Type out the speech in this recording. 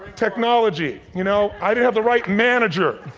technology. you know i didn't have the right manager.